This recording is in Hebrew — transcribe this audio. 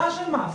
שווי שוק.